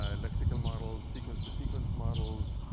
ah lexical models, sequence to sequence models,